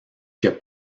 que